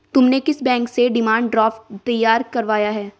तुमने किस बैंक से डिमांड ड्राफ्ट तैयार करवाया है?